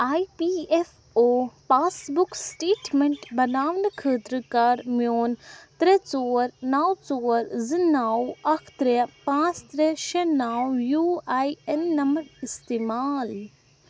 I P F O passbook statement بناونہٕ خٲطرٕ کر میون ترٛےٚ ژور نَو ژور زٕ نَو اَکھ ترٛےٛ پانٛژھ ترٛےٚ شےٚ نَو یوٗ آی این نمبر اِستعمال